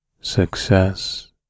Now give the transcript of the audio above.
success